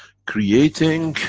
creating